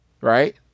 right